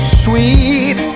sweet